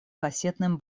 кассетным